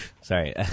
Sorry